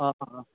ꯑꯥ ꯑꯥ